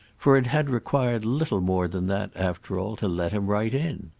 for it had required little more than that, after all, to let him right in.